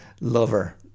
lover